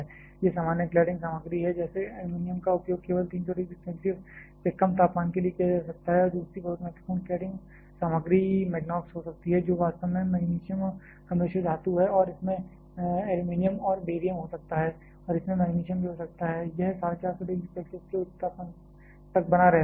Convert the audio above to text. ये सामान्य क्लैडिंग सामग्री हैं जैसे एल्युमीनियम का उपयोग केवल 300 डिग्री सेल्सियस से कम तापमान के लिए किया जा सकता है और दूसरी बहुत महत्वपूर्ण क्लैडिंग सामग्री मैग्नॉक्स हो सकती है जो वास्तव में मैग्नीशियम का मिश्र धातु है और इसमें एल्यूमीनियम और बेरियम हो सकता है और इसमें मैग्नीशियम भी हो सकता है यह 450 डिग्री सेल्सियस के उच्च तापमान तक बना रह सकता है